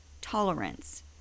tolerance